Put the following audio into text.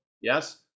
yes